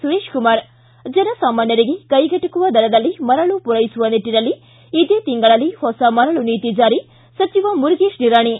ಸುರೇಶ್ ಕುಮಾರ್ ್ತಿ ಜನ ಸಾಮಾನ್ಥರಿಗೆ ಕೈಗೆಟಕುವ ದರದಲ್ಲಿ ಮರಳು ಪೂರೈಸುವ ನಿಟ್ಟನಲ್ಲಿ ಇದೇ ತಿಂಗಳಲ್ಲಿ ಹೊಸ ಮರಳು ನೀತಿ ಜಾರಿ ಸಚಿವ ಮುರುಗೇಶ ನಿರಾಣಿ